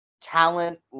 talent –